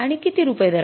आणि किती रुपये दराने